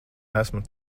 esmu